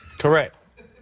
Correct